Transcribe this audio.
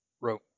wrote